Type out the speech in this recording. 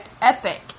epic